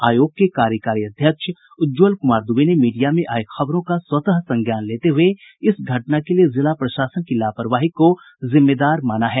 आयोग के कार्यकारी अध्यक्ष उज्ज्वल कुमार दुबे ने मीडिया में आई खबरों का स्वतः संज्ञान लेते हुये इस घटना के लिए जिला प्रशासन की लापरवाही को जिम्मेदार माना है